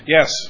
Yes